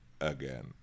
again